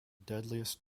deadliest